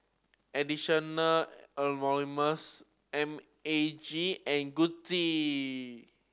Anonymous M A G and Gucci